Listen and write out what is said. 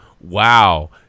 Wow